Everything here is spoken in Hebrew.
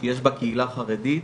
שיש בה קהילה חרדית,